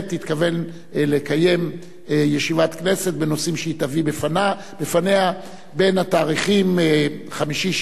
תתכוון לקיים ישיבת כנסת בנושאים שהיא תביא בפניה בתאריכים 5,